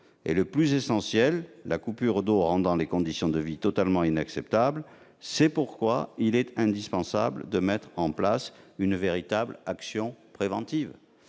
est le plus essentiel, la coupure d'eau rendant les conditions de vie totalement inacceptables. [...] C'est pourquoi il est indispensable de mettre en place une véritable action préventive.